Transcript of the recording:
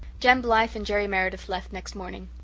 jem blythe and jerry meredith left next morning.